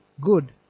good